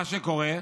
מה שיקרה,